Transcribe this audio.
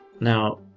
Now